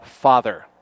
Father